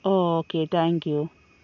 oh okay thank you